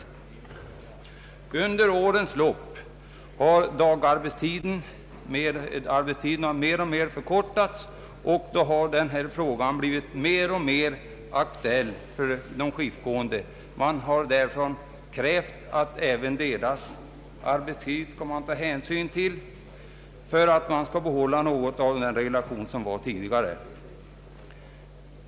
Under årens lopp har arbetstiden förkortats mer och mer, och de skiftgående har då krävt att även deras arbetstid skulle förkortas för att man skulle behålla något av den relation som funnits tidigare.